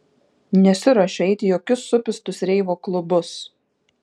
nesiruošiu eiti į jokius supistus reivo klubus